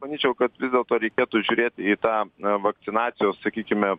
manyčiau kad vis dėlto reikėtų žiūrėt į tą na vakcinacijos sakykime